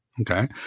Okay